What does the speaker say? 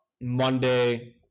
monday